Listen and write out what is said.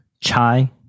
Chai